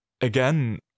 Again